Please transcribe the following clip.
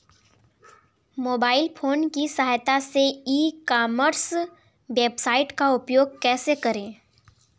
Mobile phone की सहायता से ई कॉमर्स वेबसाइट का उपयोग कैसे करें?